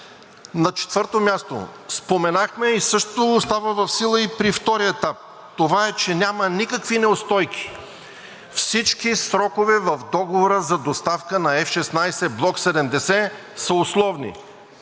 На четвърто място, споменахме – също остава в сила и при втория етап това, че няма никакви неустойки! Всички срокове в договора за доставка на F-16 Block 70 са условни!